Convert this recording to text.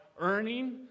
earning